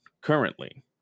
currently